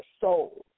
soul